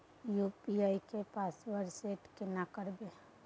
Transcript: UPI के password set केना करबे?